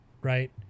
right